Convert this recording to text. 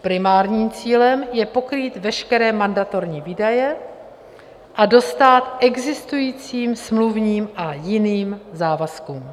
Primárním cílem je pokrýt veškeré mandatorní výdaje a dostát existujícím smluvním a jiným závazkům.